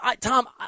Tom